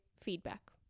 feedback